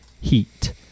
Heat